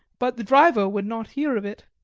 but the driver would not hear of it.